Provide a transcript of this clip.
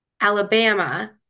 alabama